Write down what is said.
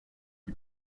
die